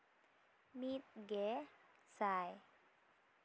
ᱢᱤᱫ ᱜᱮ ᱥᱟᱭ